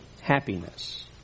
happiness